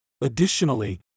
Additionally